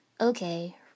Okay